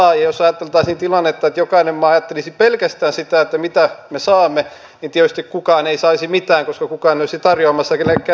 ja jos ajateltaisiin tilannetta että jokainen maa ajattelisi pelkästään sitä mitä se saa niin tietysti kukaan ei saisi mitään koska kukaan ei olisi tarjoamassa kenellekään toiselle mitään